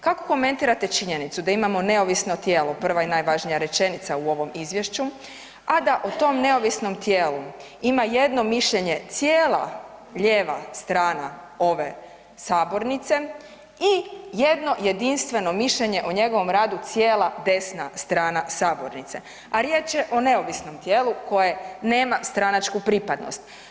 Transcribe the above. Kako komentirate činjenicu da imamo neovisno tijelo prva i najvažnija rečenicu u ovom izvješću, a da o tom neovisnom tijelu ima jedno mišljenje cijela lijeva strana ove sabornice i jedno jedinstveno mišljenje o njegovom radu cijela desna strana sabornice, a riječ je o neovisnom tijelu koje nema stranačku pripadnost.